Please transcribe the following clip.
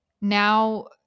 now